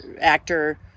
actor